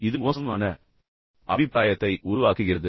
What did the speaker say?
இது மிகவும் மோசமான அபிப்ராயத்தை உருவாக்குகிறது